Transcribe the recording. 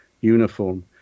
uniform